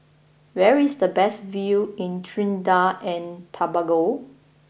where is the best view in Trinidad and Tobago